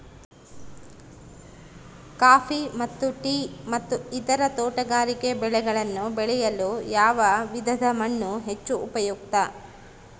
Coffee ಮತ್ತು tea ಮತ್ತು ಇತರ ತೋಟಗಾರಿಕೆ ಬೆಳೆಗಳನ್ನು ಬೆಳೆಯಲು ಯಾವ ವಿಧದ ಮಣ್ಣು ಹೆಚ್ಚು ಉಪಯುಕ್ತ?